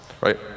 right